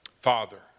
Father